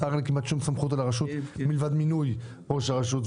לשר אין כמעט שום סמכות על הרשות מלבד מינוי ראש הרשות.